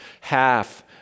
half